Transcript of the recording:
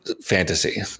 fantasy